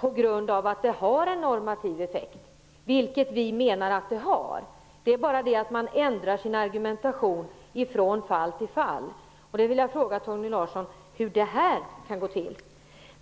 på grund av att den har en normativ effekt, vilket också vi menar att den har. Men man ändrar alltså sin argumentation från fall till fall. Jag vill fråga Torgny Larsson hur det här kan gå till.